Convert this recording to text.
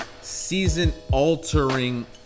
season-altering